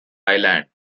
island